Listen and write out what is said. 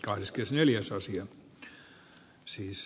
arvoisa herra puhemies